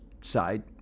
side